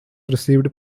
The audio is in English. received